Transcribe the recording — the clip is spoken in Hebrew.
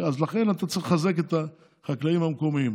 אז לכן אתה צריך לחזק את החקלאים המקומיים.